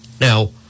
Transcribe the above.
Now